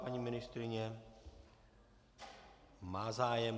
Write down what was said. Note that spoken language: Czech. Paní ministryně má zájem.